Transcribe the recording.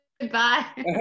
goodbye